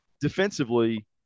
defensively